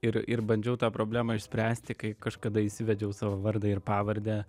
ir ir bandžiau tą problemą išspręsti kai kažkada įsivedžiau savo vardą ir pavardę